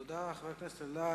תודה, חבר הכנסת אלדד.